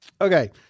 Okay